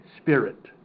spirit